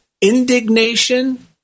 indignation